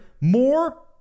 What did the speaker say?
more